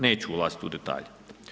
Neću ulaziti u detalje.